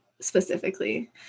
specifically